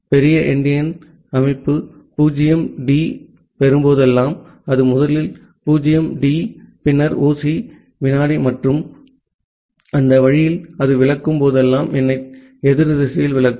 பெரிய எண்டியன் அமைப்பு 0 டி பெறும் போதெல்லாம் அது முதலில் 0 டி பின்னர் 0 சி வினாடி மற்றும் அந்த வழியில் அது விளக்கும் போதெல்லாம் எண்ணை எதிர் திசையில் விளக்கும்